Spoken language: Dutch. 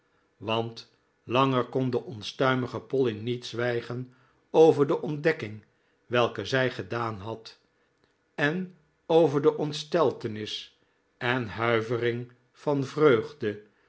want langer kon de onstuimige polly niet zwijgen over de ontdekking welke zij gedaan had en over de ontsteltenis en huivering van vreugde